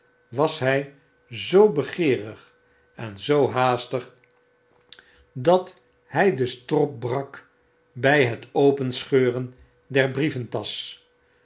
was hy zoo begeerig en zoo haastig dat hij den strop brak by het openscheuren der brieventasch